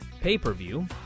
pay-per-view